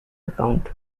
account